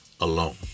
alone